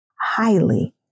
highly